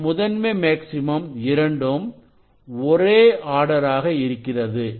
இந்த முதன்மை மேக்ஸிமம் இரண்டும் ஒரே ஆர்டர் ஆக இருக்கிறது